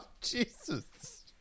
Jesus